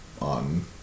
on